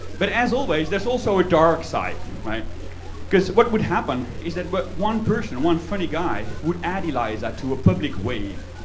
but, as always there's also a dark side. because, what would happen is that but one person, one funny guy would add eliza to a public wave.